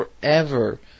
forever